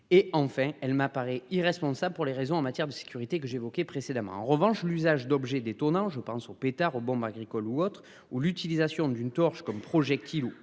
Et en fait elle m'apparaît irresponsable pour les raisons en matière de sécurité, que j'évoquais précédemment. En revanche, l'usage d'objets d'étonnant je pense au pétard aux bombes agricoles ou autres, ou l'utilisation d'une torche comme projectiles ou